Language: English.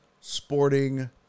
sporting